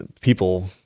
people